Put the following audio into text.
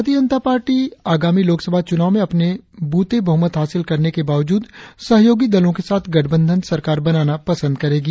भारतीय जनता पार्टी आगामी लोकसभा चुनाव में अपने बूते बहुमत हासिल करने के बावजूद सहयोगी दलों के साथ गठबंधन सरकार बनाना पसंद करेगी